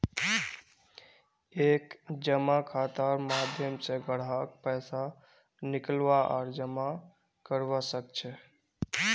एक जमा खातार माध्यम स ग्राहक पैसा निकलवा आर जमा करवा सख छ